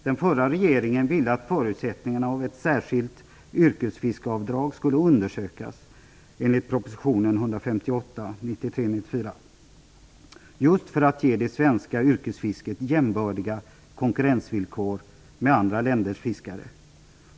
Den förra regeringen ville att förutsättningarna för att införa ett särskilt yrkesfiskeavdrag skulle undersökas enligt proposition 1993/94:158, just för att ge det svenska yrkesfisket jämbördiga konkurrensvillkor med andra länders fiskare.